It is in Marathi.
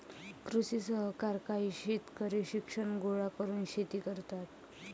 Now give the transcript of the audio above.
कृषी सहकार काही शेतकरी शिक्षण गोळा करून शेती करतात